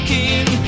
King